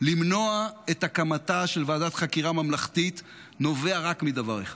למנוע את הקמתה של ועדת חקירה ממלכתית נובע רק מדבר אחד: